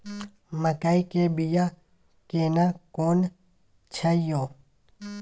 मकई के बिया केना कोन छै यो?